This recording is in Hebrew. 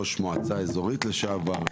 ראש מועצה אזורית לשעבר,